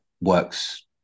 Works